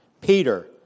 Peter